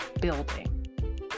building